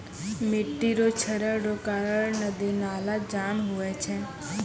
मिट्टी रो क्षरण रो कारण नदी नाला जाम हुवै छै